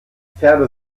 pferde